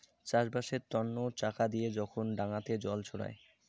চাষবাসের তন্ন চাকা দিয়ে যখন ডাঙাতে জল ছড়ায়